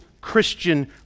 Christian